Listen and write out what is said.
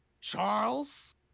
Charles